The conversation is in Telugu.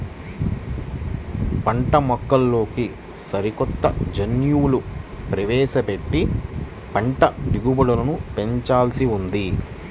పంటమొక్కల్లోకి సరికొత్త జన్యువులు ప్రవేశపెట్టి పంట దిగుబడులను పెంచాల్సి ఉంది